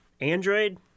Android